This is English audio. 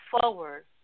forward